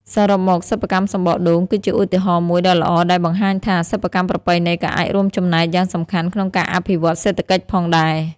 សរុបមក សិប្បកម្មសំបកដូង គឺជាឧទាហរណ៍មួយដ៏ល្អដែលបង្ហាញថា សិប្បកម្មប្រពៃណីក៏អាចរួមចំណែកយ៉ាងសំខាន់ក្នុងការអភិវឌ្ឍសេដ្ឋកិច្ចផងដែរ។